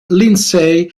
lindsey